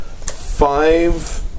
five